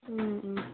ꯎꯝ ꯎꯝ